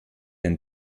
denn